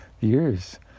years